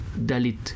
Dalit